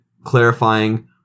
clarifying